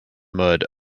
mud